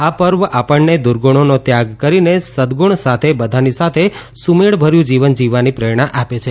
આ પર્વ આપણને દુર્ગુણોનો ત્યાગ કરીને સદગુણ સાથે બધાની સાથે સુમેળભર્યું જીવન જીવવાની પ્રેરણા આપે છે